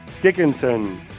Dickinson